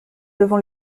devant